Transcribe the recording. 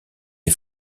est